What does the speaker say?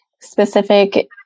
specific